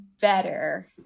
better